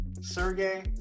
Sergey